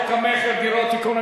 המכר (דירות) (תיקון,